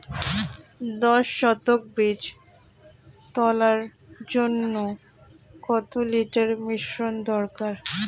দশ শতক বীজ তলার জন্য কত লিটার মিশ্রন দরকার?